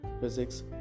physics